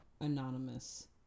anonymous